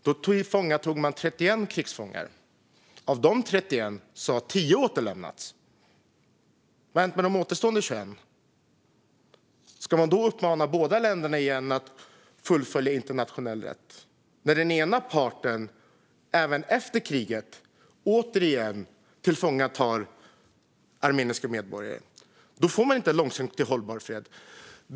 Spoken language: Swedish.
Då tillfångatog man 31 krigsfångar. Av dessa 31 har 10 återlämnats. Vad har hänt med de återstående 21? Ska man då uppmana båda länderna igen att fullfölja internationell rätt, när den ena parten även efter kriget återigen tillfångatar armeniska medborgare? Då får man inte en långsiktigt hållbar fred.